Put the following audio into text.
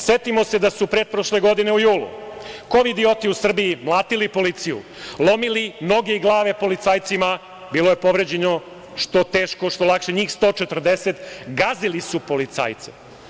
Setimo se da su pretprošle godine u julu, kovidioti u Srbiji mlatili policiju, lomili noge i glave policajcima, bilo je povređeno što teško što lakše njih 140, gazili su policajce.